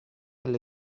alle